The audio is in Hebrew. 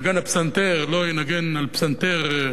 לא ינגן על פסנתר קומפוזיציות,